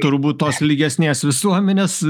turbūt tos lygesnės visuomenės